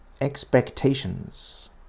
Expectations